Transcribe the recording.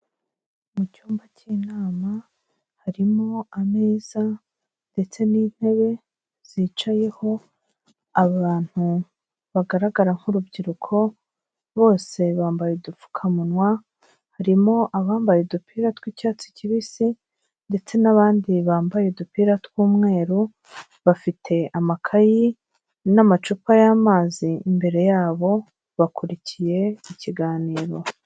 Mu cyumba cy'inama, harimo ameza ndetse n'intebe zicayeho abantu bagaragara nk'urubyiruko, bose bambaye udupfukamunwa, harimo abambaye udupira tw'icyatsi kibisi ndetse n'abandi bambaye udupira tw'umweru, bafite amakayi n'amacupa y'amazi imbere yabo, bakurikiye mu kiganiro.